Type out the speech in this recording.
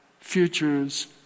futures